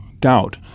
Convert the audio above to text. doubt